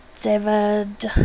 david